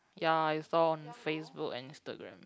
ya I saw on Facebook and Instagram